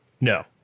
No